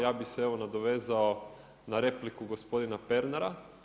Ja bih se evo nadovezao na repliku gospodina Pernara.